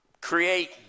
create